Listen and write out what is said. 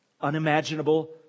unimaginable